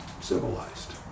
civilized